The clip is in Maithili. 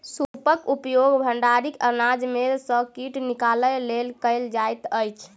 सूपक उपयोग भंडारित अनाज में सॅ कीट निकालय लेल कयल जाइत अछि